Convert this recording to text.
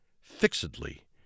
fixedly